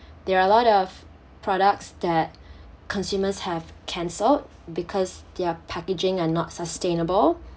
there are a lot of products that consumers have cancelled because their packaging are not sustainable